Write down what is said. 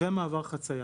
ומעבר חציה.